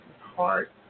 heart